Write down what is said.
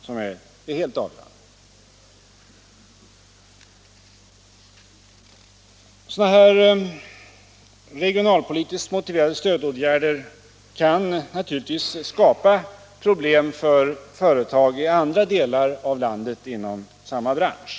Sådana här regionalpolitiskt motiverade stödåtgärder kan naturligtvis skapa problem för företag i andra delar av landet inom samma bransch.